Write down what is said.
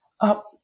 up